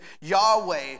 Yahweh